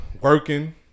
Working